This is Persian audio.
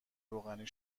روغنی